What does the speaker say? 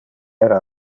era